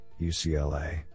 UCLA